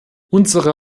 unsere